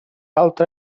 altre